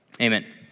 Amen